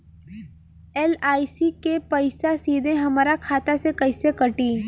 LIC के पईसा सीधे हमरा खाता से कइसे कटी?